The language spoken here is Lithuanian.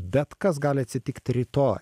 bet kas gali atsitikt rytoj